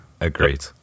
agreed